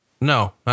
No